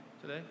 today